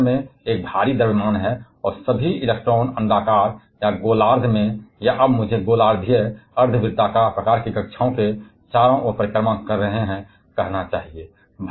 जहां हम केंद्र में एक भारी द्रव्यमान है और सभी इलेक्ट्रॉनों के चारों ओर परिक्रमा कर रहे हैं कि अण्डाकार या गोलार्द्ध में या अब मुझे गोलार्द्धीय अर्धवृत्ताकार तरह की कक्षाओं को कहना चाहिए